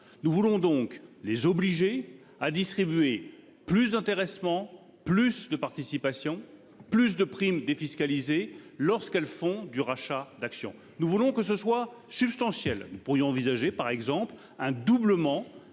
Nous voulons les obliger à distribuer plus d'intéressement, plus de participation, plus de primes défiscalisées, lorsqu'elles font du rachat d'actions. Nous voulons que ce soit substantiel. Nous pourrions par exemple envisager un doublement